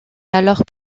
alors